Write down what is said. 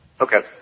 Okay